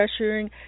pressuring